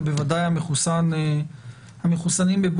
ובוודאי המחוסנים בבוסטר,